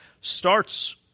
starts